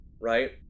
right